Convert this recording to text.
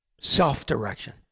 self-direction